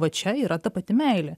va čia yra ta pati meilė